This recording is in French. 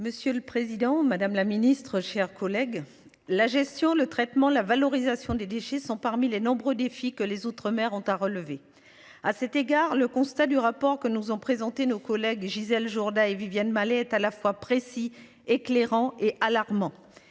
Monsieur le Président Madame la Ministre chers collègues la gestion le traitement, la valorisation des déchets sont parmi les nombreux défis que les autres maires ont à relever. À cet égard le constat du rapport que nous ont présentés nos collègues et Gisèle Jourda et Viviane Malet est à la fois précis éclairants est alarmant,